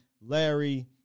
Larry